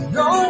no